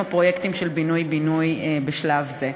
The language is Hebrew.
הפרויקטים של פינוי-בינוי בשלב זה.